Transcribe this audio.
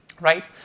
Right